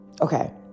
Okay